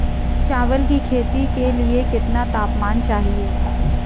चावल की खेती के लिए कितना तापमान चाहिए?